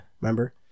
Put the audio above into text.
Remember